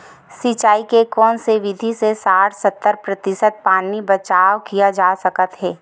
सिंचाई के कोन से विधि से साठ सत्तर प्रतिशत पानी बचाव किया जा सकत हे?